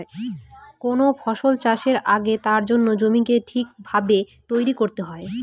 কোন ফসল চাষের আগে তার জন্য জমিকে ঠিক ভাবে তৈরী করতে হয়